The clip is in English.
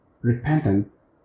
Repentance